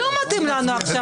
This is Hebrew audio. לא מתאים לנו עכשיו.